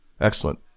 Excellent